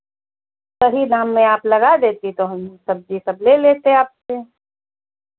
सही दाम में आप लगा देती तो हम सब्ज़ी सब ले लेते आपसे